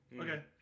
Okay